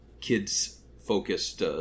kids-focused